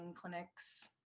clinics